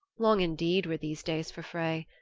long indeed were these days for frey.